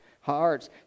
Hearts